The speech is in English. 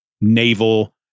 naval